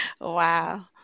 Wow